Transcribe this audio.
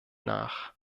nach